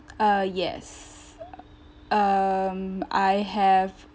uh yes um I have